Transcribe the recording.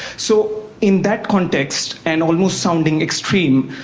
so in that context, and almost sounding extreme,